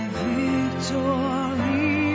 victory